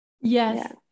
yes